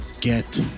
Get